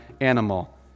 animal